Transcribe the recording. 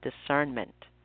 discernment